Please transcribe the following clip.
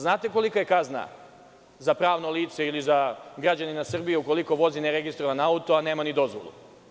Znate li kolika je kazna za pravno lice ili za građanina Srbije ukoliko vozi ne registrovan auto, a nema ni dozvolu?